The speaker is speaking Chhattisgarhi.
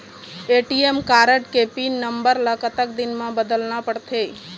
ए.टी.एम कारड के पिन नंबर ला कतक दिन म बदलना पड़थे?